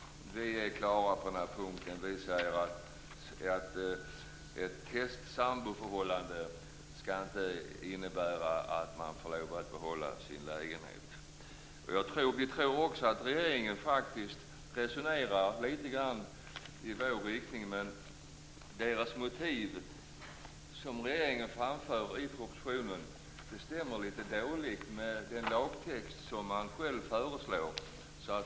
Vi är klara på den här punkten och menar att ett testsamboförhållande inte skall innebära att man får lov att behålla sin lägenhet. Vi tror att regeringen faktiskt resonerar litet grand i vår riktning. Men motiven som regeringen framför i propositionen stämmer dåligt överens med den lagtext man föreslår.